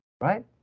right